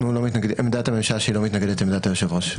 עמדת הממשלה שהיא לא מתנגדת לעמדת היושב-ראש.